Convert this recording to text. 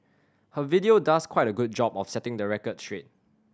her video does quite a good job of setting the record straight